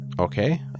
Okay